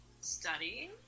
studying